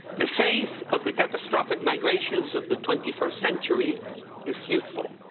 the face of the catastrophic migrations of the twenty first century is youthful.